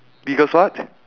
biggest what